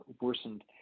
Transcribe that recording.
worsened